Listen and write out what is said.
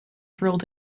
drilled